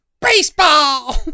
baseball